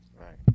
Right